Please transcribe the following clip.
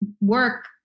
work